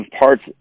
parts